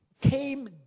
came